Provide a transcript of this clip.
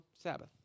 Sabbath